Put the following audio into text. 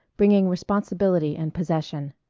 bringing responsibility and possession.